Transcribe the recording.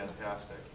fantastic